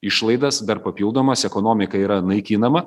išlaidas dar papildomas ekonomika yra naikinama